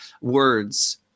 words